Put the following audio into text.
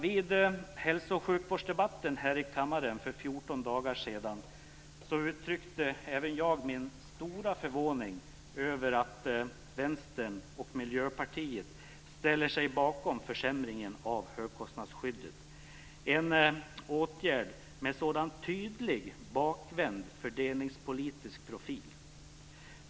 Vid hälso och sjukvårdsdebatten här i kammaren för 14 dagar sedan uttryckte jag min stora förvåning över att Vänstern och Miljöpartiet ställer sig bakom försämringen av högkostnadsskyddet - en åtgärd med sådan tydlig bakvänd fördelningspolitisk profil.